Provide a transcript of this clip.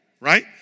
right